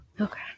Okay